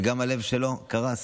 וגם הלב שלו קרס.